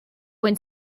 when